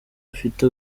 afite